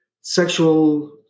sexual